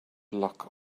luck